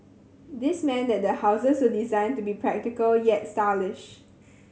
this meant that the houses were designed to be practical yet stylish